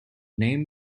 name